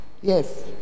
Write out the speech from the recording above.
Yes